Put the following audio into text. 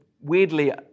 weirdly